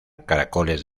caracoles